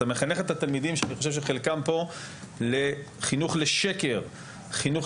אתה מחנך את התלמידים על בסיס שקר היסטורי.